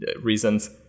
reasons